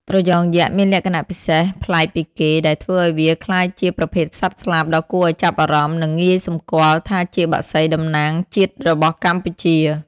ត្រយងយក្ស មានលក្ខណៈពិសេសប្លែកពីគេ ដែលធ្វើឲ្យវាក្លាយជាប្រភេទសត្វស្លាបដ៏គួរឲ្យចាប់អារម្មណ៍ និងងាយសម្គាល់ថាជាបក្សីតំណាំងជាតិរបស់កម្ពុជា។